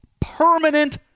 permanent